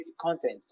content